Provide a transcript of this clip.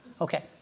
Okay